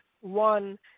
one